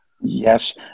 Yes